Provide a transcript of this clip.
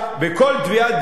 בכל תביעת דיבה,